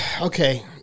Okay